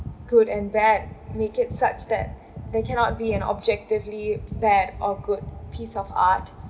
good and bad make it such that there cannot be an objectively bad or good piece of art